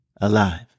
Alive